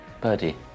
Birdie